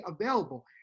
available